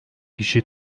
kişi